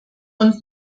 und